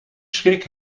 schrik